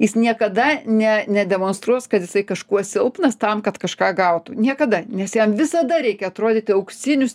jis niekada ne nedemonstruos kad jisai kažkuo silpnas tam kad kažką gautų niekada nes jam visada reikia atrodyti auksinius